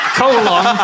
colon